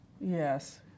yes